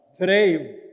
Today